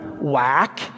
whack